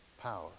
power